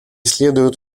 следует